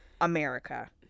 America